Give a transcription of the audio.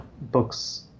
books